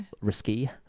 risky